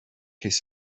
his